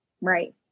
right